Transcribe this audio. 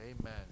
Amen